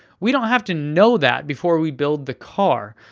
we don't have to know that before we build the car.